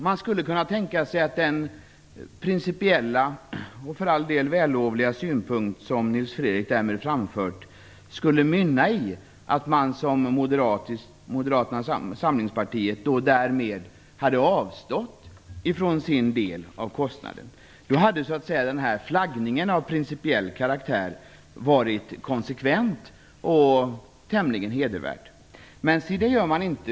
Man skulle kunna tänka sig att den principiella och för all del vällovliga synpunkt som Nils Fredrik Aurelius framför skulle mynna ut i att Moderata samlingspartiet därmed hade avstått från sin del av bidraget. Då hade flaggningen av principiell karaktär varit konsekvent och tämligen hedervärd. Men si, det gör man inte.